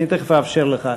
אני תכף אאפשר לך,